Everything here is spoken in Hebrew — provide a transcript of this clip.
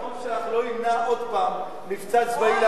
שר הביטחון שלך לא ימנע עוד פעם מבצע צבאי להפלת,